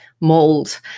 mold